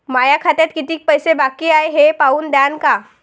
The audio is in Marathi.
माया खात्यात कितीक पैसे बाकी हाय हे पाहून द्यान का?